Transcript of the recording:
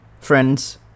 Friends